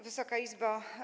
Wysoka Izbo!